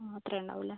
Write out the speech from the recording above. ആ അത്ര ഉണ്ടാകും അല്ലെ